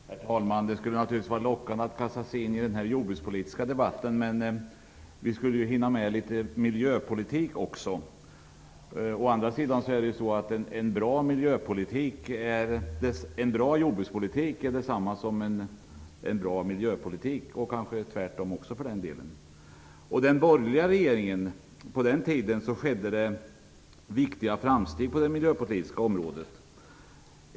Herr talman! Det är naturligtvis lockande att kasta sig in i den jordbrukspolitiska debatten, men vi skulle ju också hinna med litet miljöpolitik. Å andra sidan är det så att en bra jordbrukspolitik är detsamma som en bra miljöpolitik, och kanske också tvärtom för den delen. Under den borgerliga regeringen skedde det viktiga framsteg på det miljöpolitiska området.